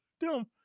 dumb